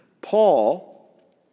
Paul